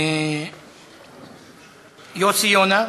יוסי יונה.